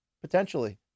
potentially